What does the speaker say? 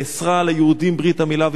נאסרה על היהודים ברית המילה,